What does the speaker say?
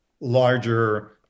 larger